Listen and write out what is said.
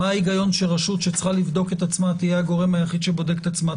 מה ההיגיון שרשות שצריכה לבדוק את עצמה תהיה הגורם היחיד שבודק את עצמו?